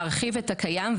להרחיב את הקיים,